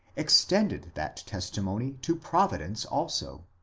extended that testimony to providence also.